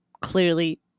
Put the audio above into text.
clearly